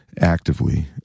actively